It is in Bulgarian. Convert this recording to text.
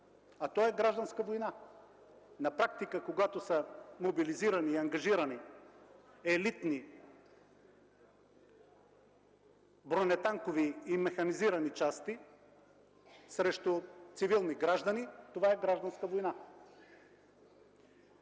Сирия – гражданска война. На практика, когато са мобилизирани и ангажирани елитни бронетанкови и механизирани части срещу цивилни граждани – това е гражданска война.